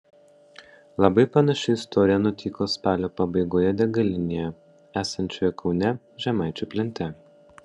labai panaši istorija nutiko spalio pabaigoje degalinėje esančioje kaune žemaičių plente